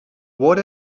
what